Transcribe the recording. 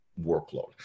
workload